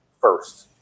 first